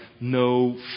no